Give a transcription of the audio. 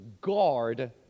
guard